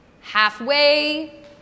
halfway